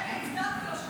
רגע, הצדעתי לו.